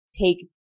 take